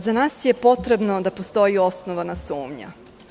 Za nas je potrebno da postoji osnovana sumnja.